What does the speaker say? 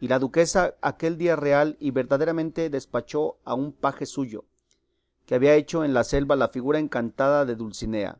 y la duquesa aquel día real y verdaderamente despachó a un paje suyo que había hecho en la selva la figura encantada de dulcinea